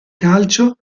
calcio